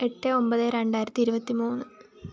എട്ട് ഒമ്പത് രണ്ടായിരത്തി ഇരുപത്തിമൂന്ന്